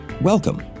welcome